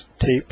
tapes